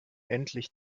endlich